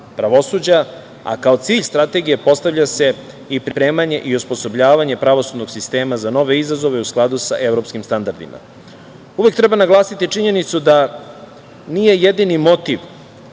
pravosuđa, a kao cilj Strategije postavlja se i pripremanje i osposobljavanje pravosudnog sistema za nove izazove, u skladu sa evropskim standardima. Uvek treba naglasiti činjenicu da nije jedini motiv